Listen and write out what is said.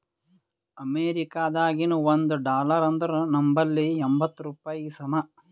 ಅಮೇರಿಕಾದಾಗಿನ ಒಂದ್ ಡಾಲರ್ ಅಂದುರ್ ನಂಬಲ್ಲಿ ಎಂಬತ್ತ್ ರೂಪಾಯಿಗಿ ಸಮ